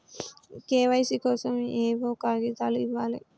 KYC కోసం ఏయే కాగితాలు ఇవ్వాలి?